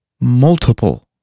multiple